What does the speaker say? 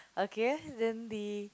okay then the